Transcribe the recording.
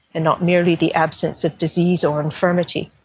and not merely the absence of disease or infirmity.